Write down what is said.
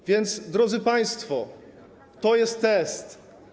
A więc, drodzy państwo, to jest test.